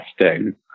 testing